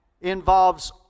involves